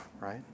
right